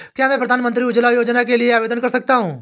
क्या मैं प्रधानमंत्री उज्ज्वला योजना के लिए आवेदन कर सकता हूँ?